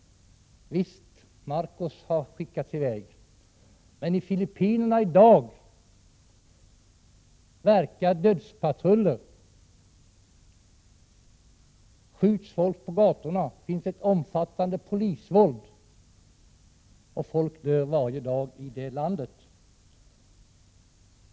Ja, Marcos har skickats i väg, men i dag verkar dödspatruller i Filippinerna, folk skjuts på gatorna och det förekommer ett omfattande polisvåld — folk dör varje dag i det landet.